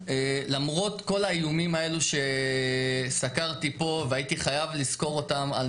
למרות כל האיומים האלו שסקרתי פה והייתי חייב לסקור אותם על